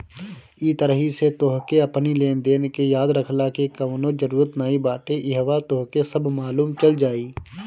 इ तरही से तोहके अपनी लेनदेन के याद रखला के कवनो जरुरत नाइ बाटे इहवा तोहके सब मालुम चल जाई